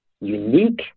unique